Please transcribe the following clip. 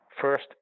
first